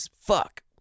fuck